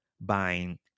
buying